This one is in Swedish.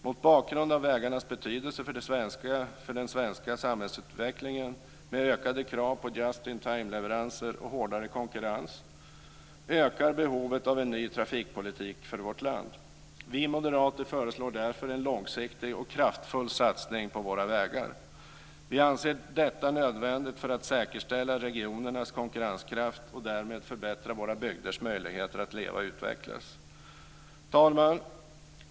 Mot bakgrund av vägarnas betydelse för den svenska samhällsutvecklingen, med ökade krav på just in time-leveranser och hårdare konkurrens, ökar behovet av en ny trafikpolitik för vårt land. Vi moderater föreslår därför en långsiktig och kraftfull satsning på våra vägar. Vi anser att det är nödvändigt för att säkerställa regionernas konkurrenskraft och därmed förbättra våra bygders möjligheter att leva och utvecklas. Herr talman!